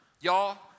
y'all